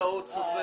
ננעלה